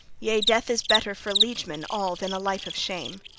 yea, death is better for liegemen all than a life of shame!